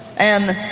and